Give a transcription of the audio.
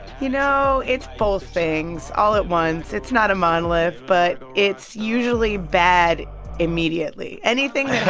you know, it's both things all at once. it's not a monolith. but it's usually bad immediately anything that